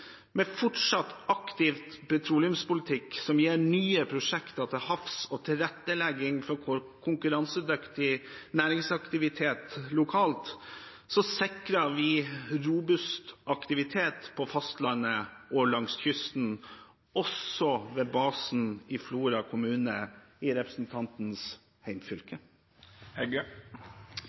Med fortsatt aktiv petroleumspolitikk som gir nye prosjekter til havs, og tilrettelegging for konkurransedyktig næringsaktivitet lokalt, sikrer vi robust aktivitet på fastlandet og langs kysten, også ved basen i Flora kommune, i representantens